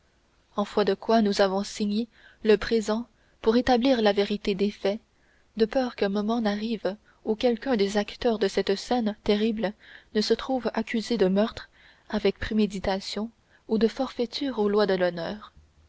en foi de quoi nous avons signé le présent pour établir la vérité des faits de peur qu'un moment n'arrive où quelqu'un des acteurs de cette scène terrible ne se trouve accusé de meurtre avec préméditation ou de forfaiture aux lois de l'honneur